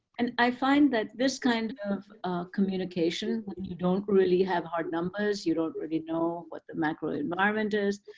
and i find that this kind of communication when and you don't really have hard numbers, you don't really know what the macro environment is,